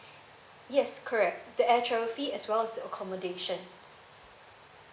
yes correct the air travel fee as well as the accommodation